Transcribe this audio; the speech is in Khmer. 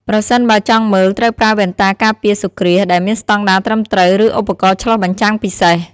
ប្រសិនបើចង់មើល ត្រូវប្រើ វ៉ែនតាការពារសូរ្យគ្រាស ដែលមានស្តង់ដារត្រឹមត្រូវ ឬឧបករណ៍ឆ្លុះបញ្ចាំងពិសេស ។